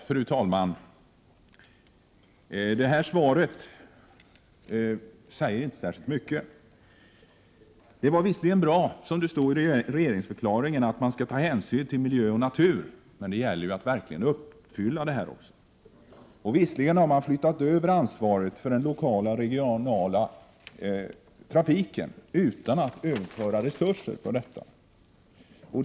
Fru talman! Svaret säger inte särskilt mycket. Det som står i regeringsförklaringen, att man skall ta hänsyn till miljö och natur, är visserligen bra. Men det gäller att verkligen göra det. Man har flyttat över ansvaret för den lokala och regionala trafiken utan att också överföra resurser.